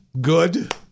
Good